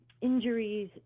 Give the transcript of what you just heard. injuries